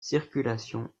circulation